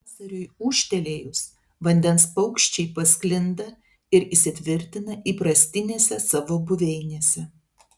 pavasariui ūžtelėjus vandens paukščiai pasklinda ir įsitvirtina įprastinėse savo buveinėse